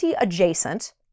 adjacent